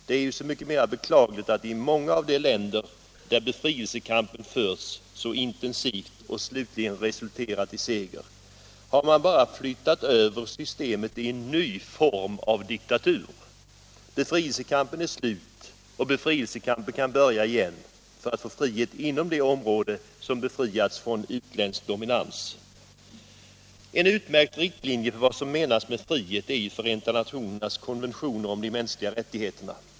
Det är så mycket mera beklagligt som i många av de länder, där befrielsekampen förts så intensivt och slutligen resulterat i seger, man bara har flyttat över systemet i en ny form av diktatur. Befrielsekampen är slut, och befrielsekampen kan börja igen för att få frihet inom det område som befriats från utländsk dominans. En utmärkt riktlinje för vad som menas med frihet är Förenta nationernas konventioner om de mänskliga rättigheterna.